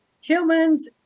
humans